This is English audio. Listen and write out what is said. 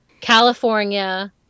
California